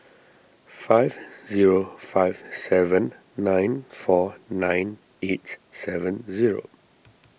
five zero five seven nine four nine eight seven zero